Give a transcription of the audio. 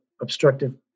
obstructive